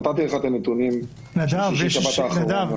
נתתי לך את הנתונים של שישי-שבת האחרונים --- נדב,